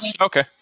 Okay